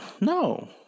No